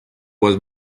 was